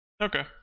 Okay